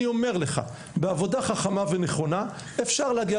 בעבודה חכמה ונכונה אפשר להגיע,